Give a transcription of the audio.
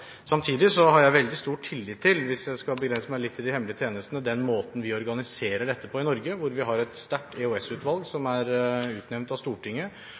Samtidig har jeg veldig stor tillit til – hvis jeg skal begrense meg litt til de hemmelige tjenestene – den måten vi organiserer dette på i Norge, hvor vi har et sterkt EOS-utvalg som er utnevnt av Stortinget,